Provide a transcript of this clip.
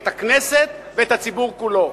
את הכנסת ואת הציבור כולו.